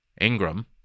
Ingram